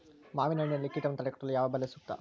ಮಾವಿನಹಣ್ಣಿನಲ್ಲಿ ಕೇಟವನ್ನು ತಡೆಗಟ್ಟಲು ಯಾವ ಬಲೆ ಸೂಕ್ತ?